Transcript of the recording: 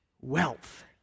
wealth